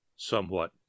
Somewhat